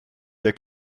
der